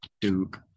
Duke